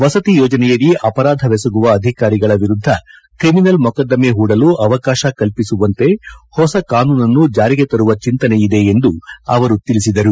ವಸತಿ ಯೋಜನೆಯಡಿ ಅಪರಾಧವೆಸಗುವ ಅಧಿಕಾರಿಗಳ ವಿರುದ್ಧ ಕ್ರಿಮಿನಲ್ ಮೊಕದ್ದಮೆ ಹೂಡಲು ಅವಕಾಶ ಕಲ್ಲಿಸುವಂತೆ ಹೊಸ ಕಾನೂನನ್ನು ಜಾರಿಗೆ ತರುವ ಚಿಂತನೆಯಿದೆ ಎಂದು ಅವರು ತಿಳಿಸಿದರು